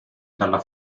dalla